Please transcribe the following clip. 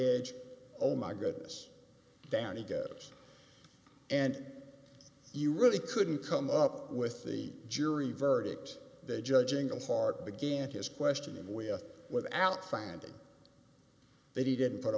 edge oh my goodness down he goes and you really couldn't come up with the jury verdict they judge englehart began his questioning with without finding that he didn't put